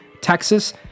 Texas